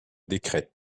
décrète